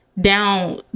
down